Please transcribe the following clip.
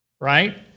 right